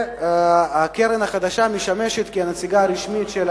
והקרן החדשה משמשת נציגה רשמית של,